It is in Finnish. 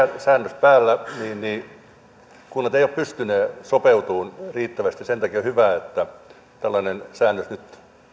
säännös päällä niin niin kunnat eivät ole pystyneet sopeutumaan riittävästi sen takia on hyvä että tällainen säännös nyt